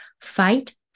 fight